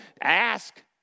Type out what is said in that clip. Ask